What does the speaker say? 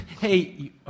hey